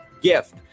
gift